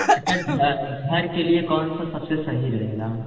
अच्छा घ घर के लिए कौन सा सबसे सही रहेगा